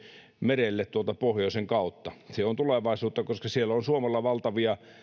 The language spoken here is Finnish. merelle tuolta pohjoisen kautta se on tulevaisuutta koska siellä on suomella valtavia malmioita